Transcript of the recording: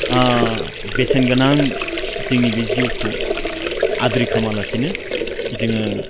बेसेन गोनां जोंनि बे जिउखौ आद्रि खालामालासिनो जोङो